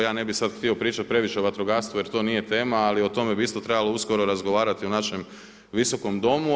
Ja ne bih sada htio pričati previše o vatrogastvu jer to nije tema ali i o tome bi isto trebalo uskoro razgovarati u našem Visokom domu.